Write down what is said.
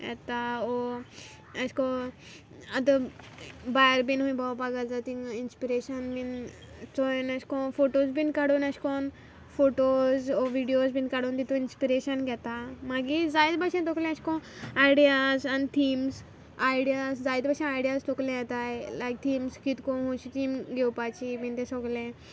येता वो अेश कोन्न आंत भायर बीन हूंय भोंवपा गेल जाल्यार तींग इंस्पिरेशन बीन चोयन अेश कोन्न फोटोज बीन काडून अेश कोन्न फोटोज व्हिडियोज बीन काडून तितून इंस्पिरेशन घेतां मागीर जायत भाशेन तोकलें अेश कोन्न आयडियाज आनी थिम्स आयडियाज जायते भाशे आयडियाज तोकलें येताय लायक थिम्स कितकोन हूंयच थीम घेवपाची बीन तें सोगलें